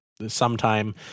sometime